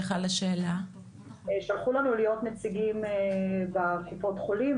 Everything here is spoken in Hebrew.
ביקשו שנייצג את קופת החולים.